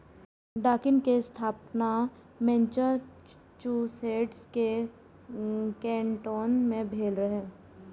Dunkin के स्थापना Massachusetts के कैन्टोन मे भेल रहै